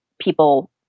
people